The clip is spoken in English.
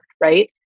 Right